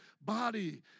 body